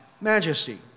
majesty